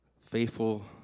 faithful